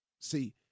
See